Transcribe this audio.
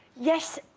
yes,